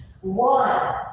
One